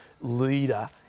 leader